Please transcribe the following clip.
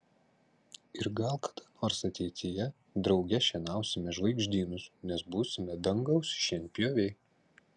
ir gal kada nors ateityje drauge šienausime žvaigždynus nes būsime dangaus šienpjoviai